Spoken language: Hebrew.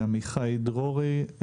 אני עמיחי דרורי,